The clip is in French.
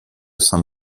saint